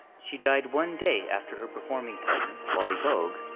she died one day after her performing partner, wally boag,